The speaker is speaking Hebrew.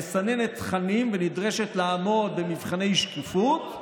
המסננת תכנים ונדרשת לעמוד במבחני שקיפות ואחריות,